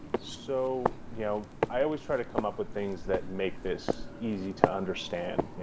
so you know i always try to come up with things that make this easy to understand,